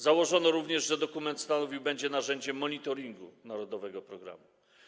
Założono również, że dokument stanowił będzie narzędzie monitoringu tego programu.